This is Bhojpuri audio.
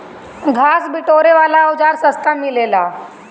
घास बिटोरे वाला औज़ार सस्ता मिलेला